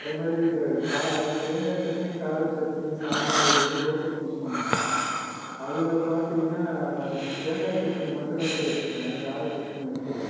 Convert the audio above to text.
அதுமாதிரி இந்த கா தேங்காய் சட்னி கார சட்னி சாம்பார் இது வந்து தோசைக்கு யூஸ் பண்ணுவோம் அதில் பார்த்திங்கன்னா தேங்காய் சட்னி மட்டுந்தான் சார் வச்சுருக்காங்க கார சட்னி வைக்கல